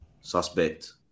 Suspect